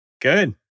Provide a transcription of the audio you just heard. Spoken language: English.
Good